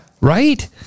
right